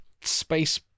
space